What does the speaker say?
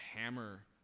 hammer